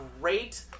great